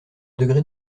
degré